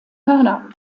hörner